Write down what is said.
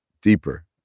deeper